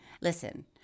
Listen